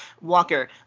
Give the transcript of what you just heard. Walker